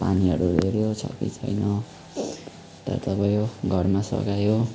पानीहरू हेऱ्यो छ कि छैन यता उता भयो घरमा सघायो